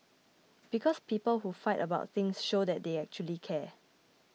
because people who fight about things show that they actually care